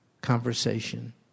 conversation